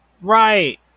Right